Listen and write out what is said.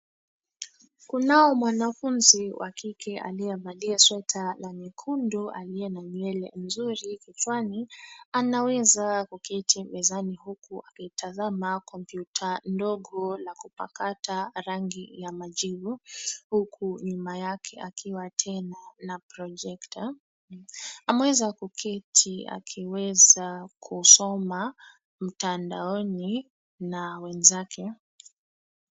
Kunao mwanafunzi wa kike aliyevalia sweta la nyekundu aliye na nywele nzuri kichwani. Anaweza kuketi mezani huku akitazama kompyuta ndogo la kupakata rangi ya majivu, huku nyuma yake akiwa tena na projekta. Ameweza kuketi akiweza kusoma mtandaoni na wenzake.